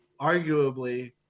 arguably